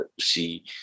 see